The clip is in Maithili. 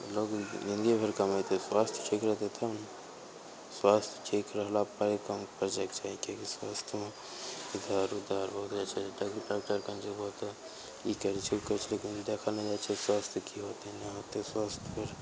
लोग जिंदगी भरि कमेतय स्वास्थ्य ठीक रहतय तब ने स्वास्थ्य ठीक रहलापर ही कामपर जाइके चाही किआकि स्वास्थ्यमे इधर उधर हो जाइ छै डॉक्टर कन जेबहो तऽ ई करय छै उ करय छै लेकिन देखय नहि जाइ छै स्वास्थ्य की होतय नहि होतय स्वास्थ्य